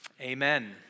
amen